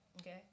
Okay